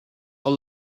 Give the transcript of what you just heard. are